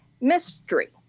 mystery